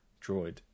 droid